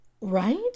right